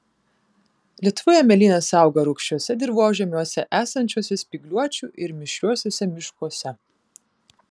lietuvoje mėlynės auga rūgščiuose dirvožemiuose esančiuose spygliuočių ir mišriuosiuose miškuose